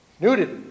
nudity